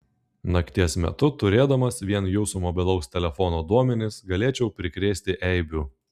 nakties metu turėdamas vien jūsų mobilaus telefono duomenis galėčiau prikrėsti eibių